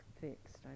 fixed